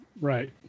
Right